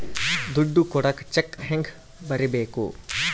ದುಡ್ಡು ಕೊಡಾಕ ಚೆಕ್ ಹೆಂಗ ಬರೇಬೇಕು?